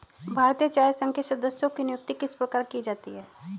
भारतीय चाय संघ के सदस्यों की नियुक्ति किस प्रकार की जाती है?